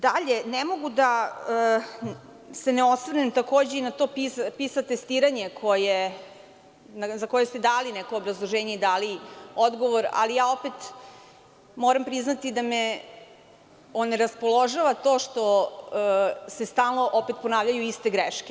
Dalje, ne mogu se ne osvrnem takođe i na to PISA testiranje za koje ste dali neko obrazloženje i dali odgovor, ali opet moram priznati da me oneraspoložilo to što se stalno ponavljaju iste greške.